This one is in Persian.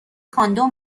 کاندوم